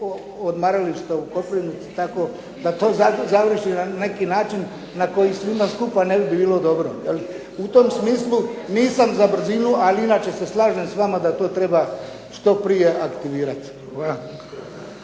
odmarališta u Koprivnici i tako, da to završi na neki način na koji svima skupa ne bi bilo dobro, je li. U tom smislu nisam za brzinu, ali inače se slažem s vama da to treba što prije aktivirati.